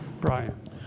Brian